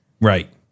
Right